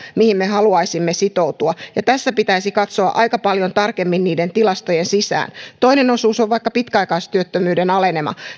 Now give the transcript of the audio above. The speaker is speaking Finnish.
mihin me haluaisimme sitoutua tässä pitäisi katsoa aika paljon tarkemmin niiden tilastojen sisään toinen osuus on vaikkapa pitkäaikaistyöttömyyden alenema